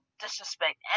disrespect